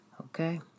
Okay